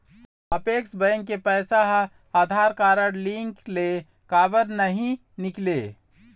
Apex bank के पैसा हा आधार कारड लिंक ले काबर नहीं निकले?